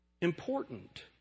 important